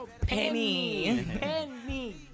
Penny